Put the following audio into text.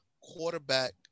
quarterback